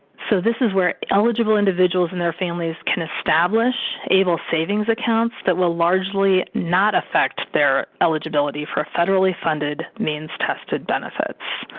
so, this is were eligible individuals and their families can establish able savings accounts that will largely not affect their eligibility for a federally funded, means tested benefits.